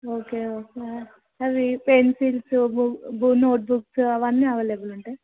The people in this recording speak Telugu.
ఓకే ఓకే అవి పెన్సిల్స్ బు నోట్బుక్స్ అవన్నీ అవైలబుల్ ఉంటాయి